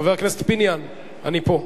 חבר הכנסת פיניאן, אני פה.